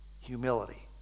Humility